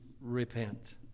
repent